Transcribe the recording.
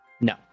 No